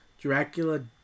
Dracula